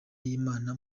y’imana